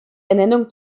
ernennung